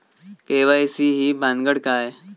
KYC ही भानगड काय?